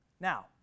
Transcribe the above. Now